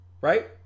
Right